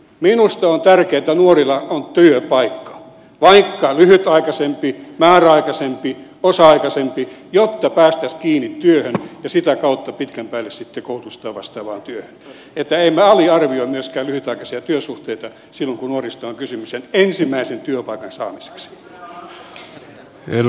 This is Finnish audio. minusta on tärkeää että nuorilla on työpaikka vaikka lyhytaikaisempi määräaikaisempi osa aikaisempi jotta päästäisiin kiinni työhön ja sitä kautta pitkän päälle sitten koulutusta vastaavaan työhön että emme aliarvioi myöskään lyhytaikaisia työsuhteita silloin kun nuorista on kysymys sen ensimmäisen työpaikan saamiseksi